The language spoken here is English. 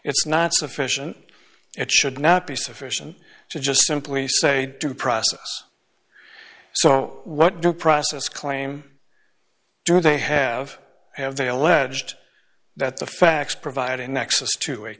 it's not sufficient it should not be sufficient to just simply say due process so what do process claim do they have have they alleged that the facts provide a nexus to a